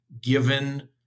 given